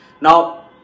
Now